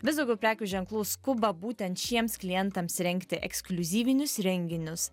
vis daugiau prekių ženklų skuba būtent šiems klientams rengti ekskliuzyvinius renginius